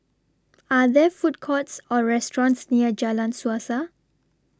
Are There Food Courts Or restaurants near Jalan Suasa